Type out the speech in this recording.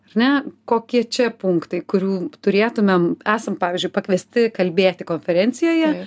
ar ne kokie čia punktai kurių turėtumėm esam pavyzdžiui pakviesti kalbėti konferencijoje